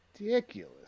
ridiculous